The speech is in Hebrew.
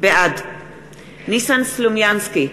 בעד ניסן סלומינסקי,